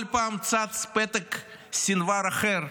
כל פעם צץ פתק סנוואר אחר,